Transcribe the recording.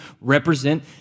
represent